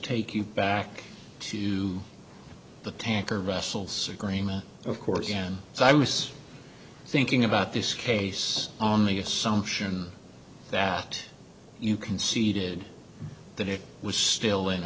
take you back to the tanker vessels agreement of course and so i was thinking about this case on the assumption that you conceded that it was still in